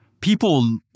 people